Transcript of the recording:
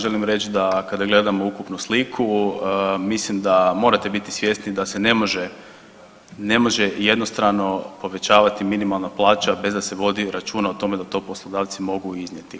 Želim reći da kada gledamo ukupnu sliku mislim da morate biti svjesni da se ne može, ne može jednostrano obećavati minimalna plaća bez da se vodi računa o tome da to poslodavci mogu iznijeti.